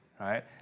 right